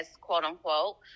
quote-unquote